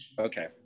Okay